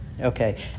Okay